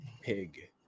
pig